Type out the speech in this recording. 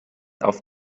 auf